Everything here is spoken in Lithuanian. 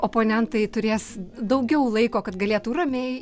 oponentai turės daugiau laiko kad galėtų ramiai